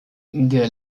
der